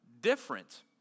different